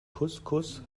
kuskus